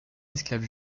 esclave